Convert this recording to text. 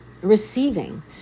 Receiving